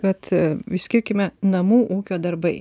bet išskirkime namų ūkio darbai